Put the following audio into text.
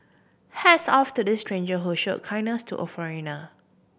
hats off to this stranger who showed kindness to a foreigner